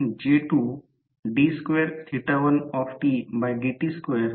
तर हे 3 फेज प्रेरण मोटर चे स्टार्टर आहे